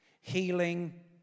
Healing